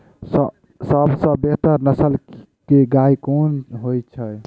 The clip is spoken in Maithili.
सबसँ बेहतर नस्ल केँ गाय केँ होइ छै?